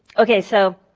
okay so,